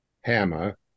Hammer